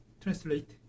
translate